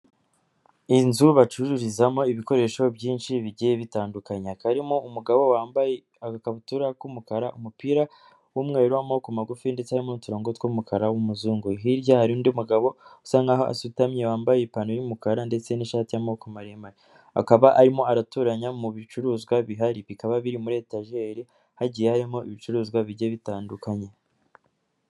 Inzu bacururizamo ibikoresho byinshi bigiye bitandukanya hakaba harimo umugabo wambaye agakabutura k'umukara umupira w'umweru w'amaboko magufi ndetse harimo n'uturongo tw'umukara w'umuzungu hirya hari undi mugabo usa nkaho asutamye wambaye ipantaro y'umukara ndetse n'ishati y'amaboko maremare akaba arimo aratoranya mu bicuruzwa bihari bikaba biri muri etajeri hagiye harimo ibicuruzwa bijyiye bitandukanye.